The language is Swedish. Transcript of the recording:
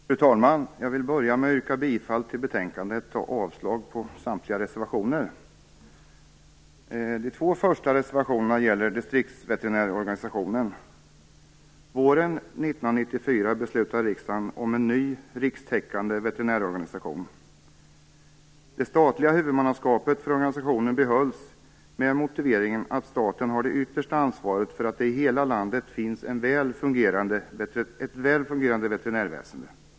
Fru talman! Jag vill börja med att yrka bifall till hemställan i betänkandet och avslag på samtliga reservationer. De två första reservationerna gäller distriktsveterinärorganisationen. Våren 1994 beslutade riksdagen om en ny rikstäckande veterinärorganisation. Det statliga huvudmannaskapet för organisationen behölls med motiveringen att staten har det yttersta ansvaret för att det i hela landet finns ett väl fungerande veterinärväsende.